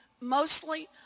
mostly